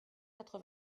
quatre